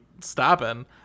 stopping